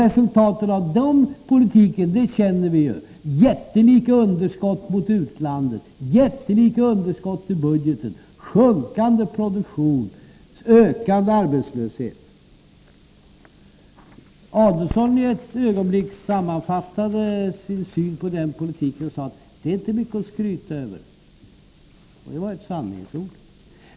Resultaten av den politiken känner vi ju till — jättelika underskott mot utlandet, jättelika underskott i budgeten, sjunkande produktion, ökande arbetslöshet. Ulf Adelsohn sammanfattade ett ögonblick sin syn på den politiken, och sade att den inte är mycket att skryta över. Och det var ett sanningens ord.